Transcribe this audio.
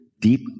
deep